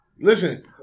Listen